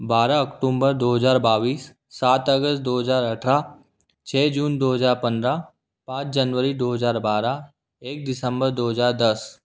बारह अकटुम्बर दो हज़ार बाईस सात अगस्त दो हज़ार अट्ठारह छः जून दो हज़ार पंद्रह पाँच जनवरी दो हज़ार बारह एक दिसंबर दो हज़ार दस